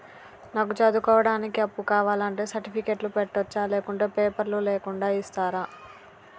నాకు చదువుకోవడానికి అప్పు కావాలంటే సర్టిఫికెట్లు పెట్టొచ్చా లేకుంటే పేపర్లు లేకుండా ఇస్తరా?